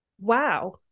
Wow